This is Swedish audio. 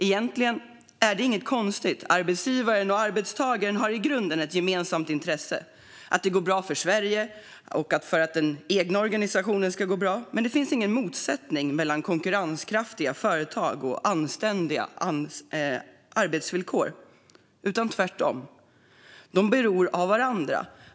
Egentligen är det inget konstigt, för arbetsgivaren och arbetstagaren har i grunden ett gemensamt intresse i att det går bra för Sverige och den egna organisationen. Det finns ingen motsättning mellan konkurrenskraftiga företag och anständiga arbetsvillkor. De är tvärtom beroende av varandra.